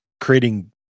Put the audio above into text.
creating